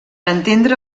entendre